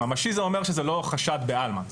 ממשי זה אומר שזה לא חשד בעלמא.